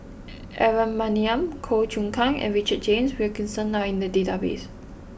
Aaron Maniam Goh Choon Kang and Richard James Wilkinson are in the database